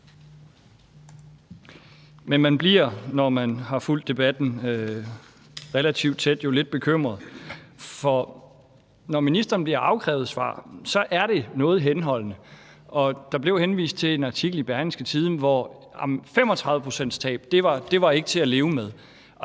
Men man bliver, når man har fulgt debatten relativt tæt, jo lidt bekymret, for når ministeren bliver afkrævet svar, er det noget henholdende. Der blev henvist til en artikel i Berlingske, hvor et 35-procentstab ikke var til at leve med,